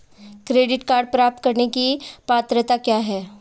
Credit card प्राप्त करने की पात्रता क्या है?